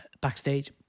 backstage